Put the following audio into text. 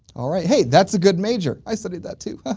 alright! hey that's a good major i studied that too.